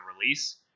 release